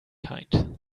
kind